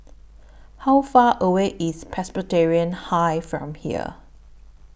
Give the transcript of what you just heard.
How Far away IS Presbyterian High from here